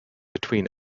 between